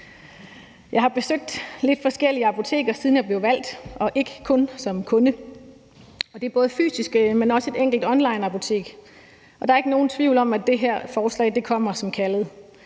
Jeg har besøgt nogle forskellige apoteker, siden jeg blev valgt, og ikke kun som kunde. Det var både fysiske, men også et enkelt onlineapotek, og der er ikke nogen tvivl om, at det her forslag kommer som kaldet